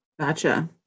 Gotcha